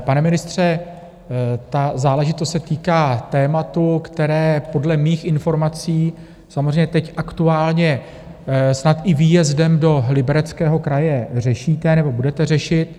Pane ministře, ta záležitost se týká tématu, které podle mých informací samozřejmě teď aktuálně snad i výjezdem do Libereckého kraje řešíte nebo budete řešit.